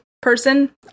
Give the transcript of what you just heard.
person